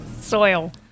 Soil